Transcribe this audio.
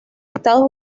estados